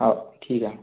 हा ठीकय